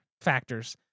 factors